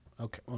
Okay